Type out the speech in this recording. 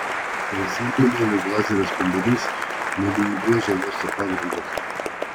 prisiminiau jog lazerio spindulys nė neįbrėžė uosto pagrindo